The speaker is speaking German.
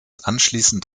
anschließend